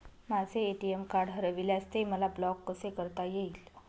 माझे ATM card हरविल्यास ते मला ब्लॉक कसे करता येईल?